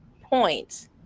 point